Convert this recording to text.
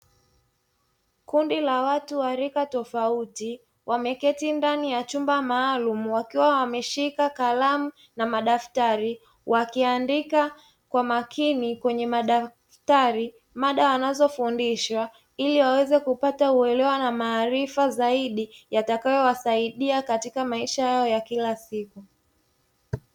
Kundi la watu wa rika tofauti wameketi ndani ya chumba maalumu wakiwa wameshika kalamu na madaftari wakiandika kwa makini kwenye madaftari, mada wanazofundishwa ili waweze kupata uelewa na maarifa zaidi yatakayo wasaidia katika maisha yao ya kila siku.